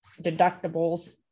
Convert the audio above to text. deductibles